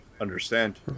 Understand